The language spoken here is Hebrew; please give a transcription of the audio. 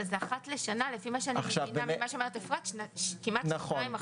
אבל זה אחת לשנה שבודק כמעט שנתיים אחורה.